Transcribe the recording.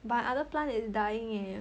my other plant is dying leh